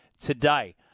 today